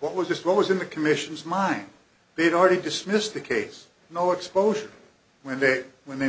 what was just what was in the commission's mind they'd already dismissed the case no exposure when they when they